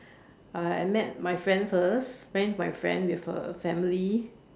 uh I met my friend first ran into my friend with her family